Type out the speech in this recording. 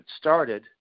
started